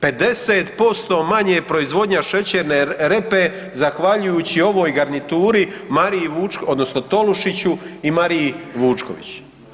50% manje proizvodnja šećerne repe zahvaljujući ovoj garnituri Mariji odnosno Tolušiću i Mariji Vučković.